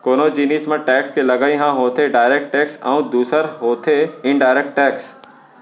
कोनो जिनिस म टेक्स के लगई ह होथे डायरेक्ट टेक्स अउ दूसर होथे इनडायरेक्ट टेक्स